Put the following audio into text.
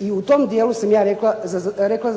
i u tom dijelu sam ja rekla